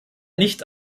nicht